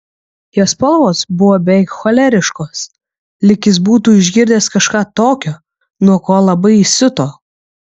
jo spalvos buvo beveik choleriškos lyg jis būtų išgirdęs kažką tokio nuo ko labai įsiuto